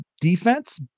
defense